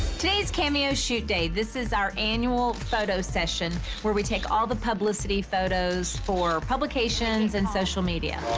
today's cameo shoot day, this is our annual photo session. where we take all the publicity photos for publications and social media.